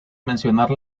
mencionar